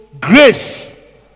grace